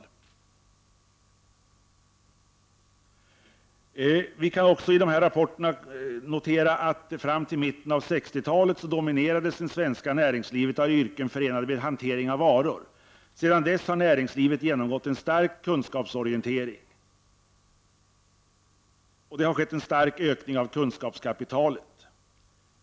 I rapporten kan också följande noteras: Fram till mitten av 1960-talet dominerades det svenska näringslivet av yrken förenade med hantering av varor. Sedan dess har näringslivet genomgått en stark kunskapsorientering. Utvecklingen har varit förenad med en kraftig ökning av kunskapskapitalet.